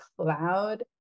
cloud